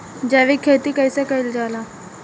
जैविक खेती कईसे कईल जाला?